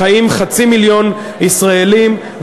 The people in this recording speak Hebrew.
חצי מיליון ישראלים.